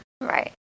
Right